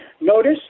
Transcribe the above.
Notice